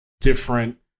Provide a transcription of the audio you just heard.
different